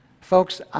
Folks